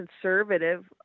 conservative